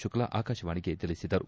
ಶುಕ್ಲಾ ಆಕಾಶವಾಣಿಗೆ ತಿಳಿಸಿದರು